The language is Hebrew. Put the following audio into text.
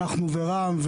אנחנו ורע"מ,